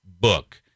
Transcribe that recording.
book